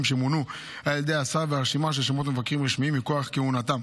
שמונו על ידי השר ורשימה של שמות מבקרים רשמיים מכוח כהונתם.